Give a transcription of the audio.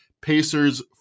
Pacers